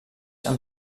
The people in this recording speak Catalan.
amb